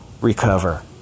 recover